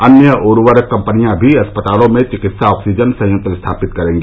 अन्य उर्वरक कंपनियां भी अस्पतालों में चिकित्सा ऑक्सीजन संयंत्र स्थापित करेंगी